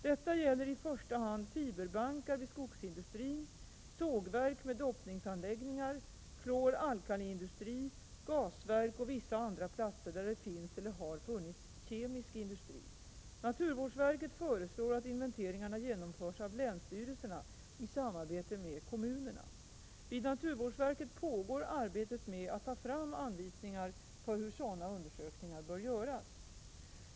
Detta gäller i första hand fiberbankar vid skogsindustrin, sågverk med doppningsanläggningar, kloralkaliindustri, gasverk och vissa andra platser där det finns eller har funnits kemisk industri. Naturvårdsverket föreslår att inventeringarna genomförs av länsstyrelserna i samarbete med kommunerna. Vid naturvårdsverket pågår arbetet med att ta fram anvisningar för hur sådana undersökningar bör göras.